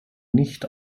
nicht